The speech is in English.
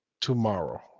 tomorrow